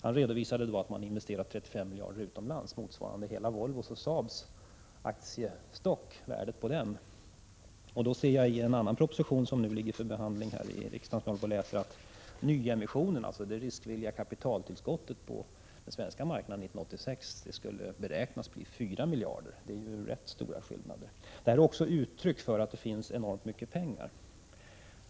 Han redovisade att 35 miljarder hade investerats utomlands, vilket motsvarar värdet av Volvos och Saabs sammantagna aktiestock. Av den proposition som nu ligger på riksdagens bord kan jag konstatera att nyemissionerna, alltså tillskottet av riskvilligt kapital på den svenska marknaden, beräknas bli 4 miljarder. Det är alltså fråga om rätt stora skillnader. Det här är också ett uttryck för att det finns enormt mycket pengar.